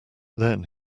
then